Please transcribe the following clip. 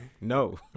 No